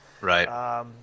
Right